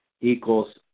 equals